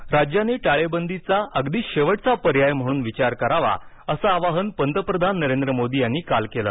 पंतप्रधान राज्यांनीही टाळेबदीचा अगदी शेवटचा पर्याय म्हणून विचार करावा असं आवाहन पंतप्रधान नरेंद्र मोदी यांनी काल केलं